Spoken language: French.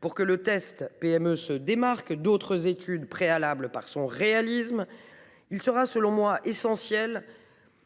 Pour que le test se démarque d’autres études préalables par son réalisme, il sera, à mon sens, essentiel